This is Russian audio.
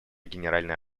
генеральной